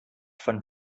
von